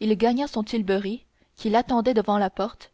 il gagna son tilbury qui l'attendait devant la porte